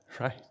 right